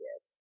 yes